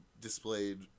displayed